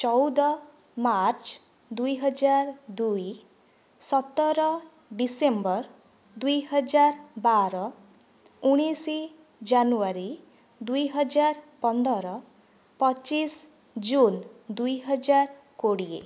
ଚଉଦ ମାର୍ଚ୍ଚ ଦୁଇହଜାର ଦୁଇ ସତର ଡିସେମ୍ବର ଦୁଇହଜାର ବାର ଉଣେଇଶ ଜାନୁଆରୀ ଦୁଇହଜାର ପନ୍ଦର ପଚିଶ ଜୁନ ଦୁଇହଜାର କୋଡ଼ିଏ